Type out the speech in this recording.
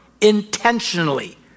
intentionally